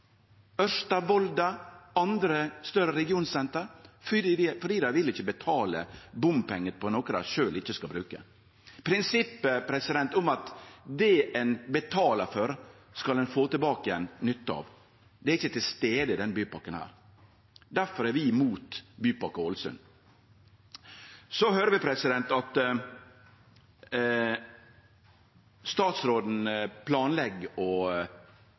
Ørsta, Volda, andre større regionsenter fordi dei ikkje vil betale bompengar for noko dei sjølv ikkje skal bruke. Prinsippet om at det ein betalar for, skal ein få igjen nytta av, er ikkje til stades i denne bypakken. Derfor er vi imot Bypakke Ålesund. Så høyrer vi at statsråden også planlegg å innføre bompengar og